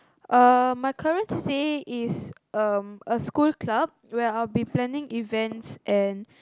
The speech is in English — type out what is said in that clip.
uh my current c_c_a is um a school club where I will be planning events and